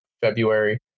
February